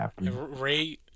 Ray